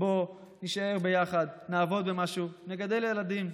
בוא, נישאר ביחד, נעבוד במשהו, נגדל ילדים.